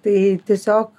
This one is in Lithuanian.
tai tiesiog